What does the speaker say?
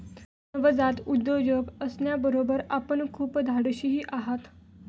नवजात उद्योजक असण्याबरोबर आपण खूप धाडशीही आहात